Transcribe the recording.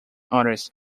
artist